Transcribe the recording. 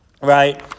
right